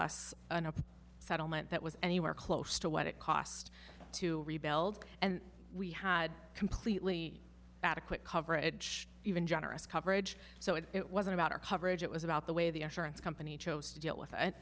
us an open settlement that was anywhere close to what it cost to rebuild and we had completely adequate coverage even generous coverage so it wasn't about our coverage it was about the way the insurance company chose to deal with it